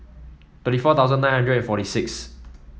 thirty four thousand nine hundred forty six